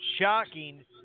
Shocking